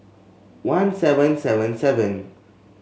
one seven seven seven